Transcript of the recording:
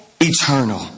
eternal